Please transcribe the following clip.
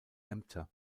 ämter